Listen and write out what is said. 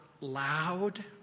loud